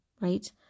right